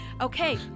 Okay